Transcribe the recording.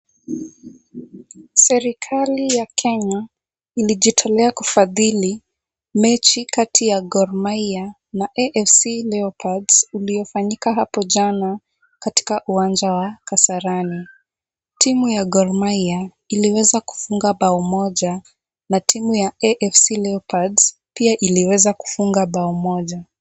Serikali ya Kenya ilijitolea kufadhili mechi kati ya Gor mahia na AFC Leopards uliofanyika hapo jana katika uwanja wa Kasarani. Timu ya Gor Mahia iliweza kufunga bao moja na timu ya AFC Leopards pia iliweza kufunga bao moja.